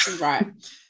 right